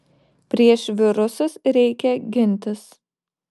prieš virusus reikia gintis